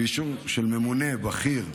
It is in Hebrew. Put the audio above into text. ואישור של ממונה בכיר,